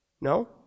No